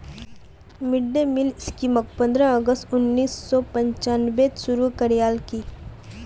mid day meal स्कीमक पंद्रह अगस्त उन्नीस सौ पंचानबेत शुरू करयाल की